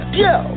go